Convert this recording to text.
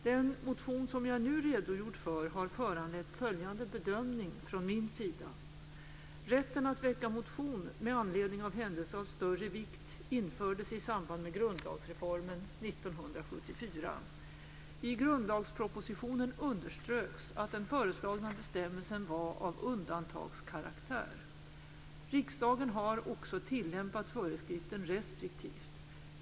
Den motion som jag nu redogjort för har föranlett följande bedömning från min sida: Rätten att väcka motion med anledning av händelse av större vikt infördes i samband med grundlagsreformen 1974. I grundlagspropositionen underströks att den föreslagna bestämmelsen var av undantagskaraktär. Riksdagen har också tillämpat föreskriften restriktivt.